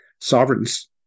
sovereigns